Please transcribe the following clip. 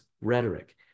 rhetoric